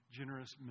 generous